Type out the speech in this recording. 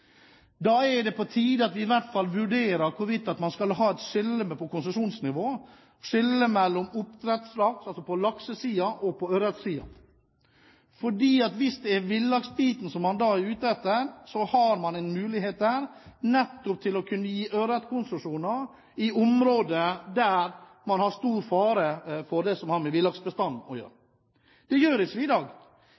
Da er det på tide at vi i hvert fall vurderer hvorvidt man skal ha et skille når det gjelder konsesjonsnivå, skille mellom laks og ørret. Hvis det er villaksbiten man er ute etter, har man en mulighet til nettopp å kunne gi ørretkonsesjoner i områder der villaksbestanden er i stor fare. Det